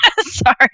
sorry